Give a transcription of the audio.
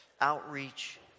outreach